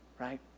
right